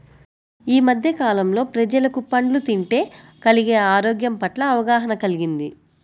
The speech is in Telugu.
యీ మద్దె కాలంలో ప్రజలకు పండ్లు తింటే కలిగే ఆరోగ్యం పట్ల అవగాహన కల్గింది